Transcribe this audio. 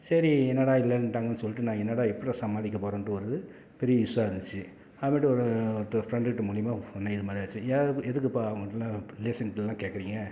சரி என்னடா இல்லைன்ட்டாங்கன்னு சொல்லிட்டு நான் என்னடா எப்பிட்றா சமாளிக்க போகிறோன்ட்டு ஒரு இது பெரிய இஸ்யூவாக இருந்துச்சு அப்புறமேட்டு ஒரு ஒருத்தர் ஃப்ரெண்டுக்கிட்டே மூலிமா சொன்னேன் இது மாதிரி ஆச்சு ஏன் எதுக்குப்பா அவங்கக்கிட்டேலாம் ரிலேஷன்கிட்டேலாம் கேக்கிறீங்க